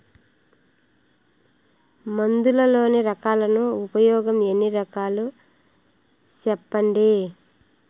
మందులలోని రకాలను ఉపయోగం ఎన్ని రకాలు? సెప్పండి?